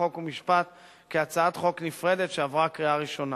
חוק ומשפט כהצעת חוק נפרדת שעברה בקריאה ראשונה.